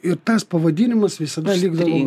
ir tas pavadinimas visada likdavo